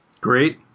Great